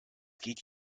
geht